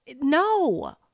no